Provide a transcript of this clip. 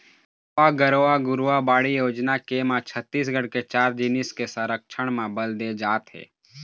नरूवा, गरूवा, घुरूवा, बाड़ी योजना के म छत्तीसगढ़ के चार जिनिस के संरक्छन म बल दे जात हे